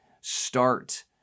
start